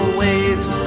waves